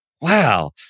Wow